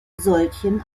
solchen